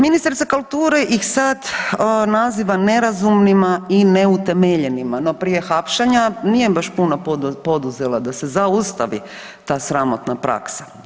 Ministrica kulture ih sad naziva nerazumnima i neutemeljenima, no prije hapšenja nije baš puno poduzela da se zaustavi ta sramotna praksa.